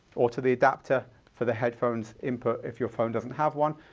or to the adapter for the headphones input if your phone doesn't have one.